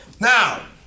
Now